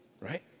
Right